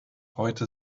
heute